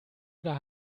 oder